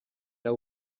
hau